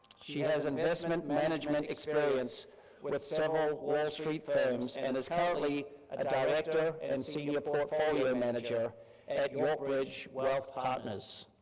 she and has investment management experience with several wall street firms and is currently a director and senior portfolio manager at yorkbridge wealth partners.